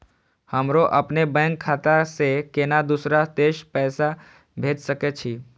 हमरो अपने बैंक खाता से केना दुसरा देश पैसा भेज सके छी?